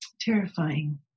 terrifying